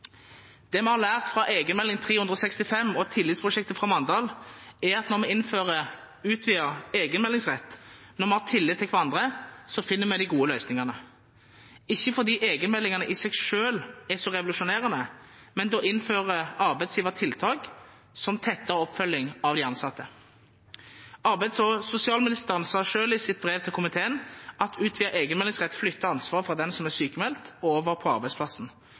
Det vi har lært fra Egenmelding 365 og Tillitsprosjektet i Mandal, er at når vi innfører utvidet egenmeldingsrett, når vi har tillit til hverandre, finner vi de gode løsningene – ikke fordi egenmeldingene i seg selv er så revolusjonerende, men da innfører arbeidsgiver tiltak som tettere oppfølging av de ansatte. Arbeids og sosialministeren sa selv i sitt brev til komiteen at utvidet egenmeldingsrett flytter ansvar for den som er sykmeldt, over på arbeidsplassen,